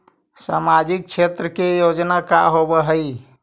सामाजिक क्षेत्र के योजना का होव हइ?